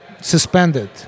suspended